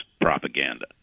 propaganda